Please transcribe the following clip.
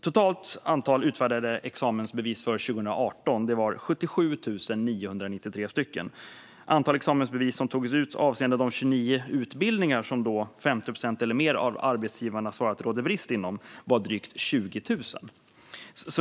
Totalt antal utfärdade examensbevis 2018 var 77 993. Antalet examensbevis som togs ut avseende de 29 utbildningar till yrken vilka 50 procent eller mer av arbetsgivarna svarar att det råder brist inom var drygt 20 000.